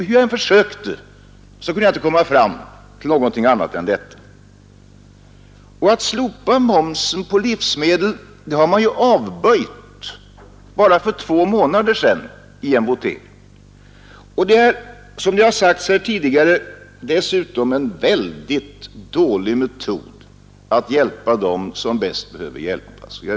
Hur jag än försökte kunde jag inte komma fram till någon annan uppfattning. Och att slopa momsen på livsmedel har man avböjt för bara två månader sedan i en votering. Som redan tidigare framhållits är den en väldigt dålig metod att hjälpa dem som bäst behöver hjälpas.